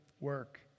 work